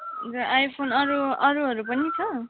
iPhone अरू अरूहरू पनि छ